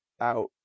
out